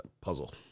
Puzzle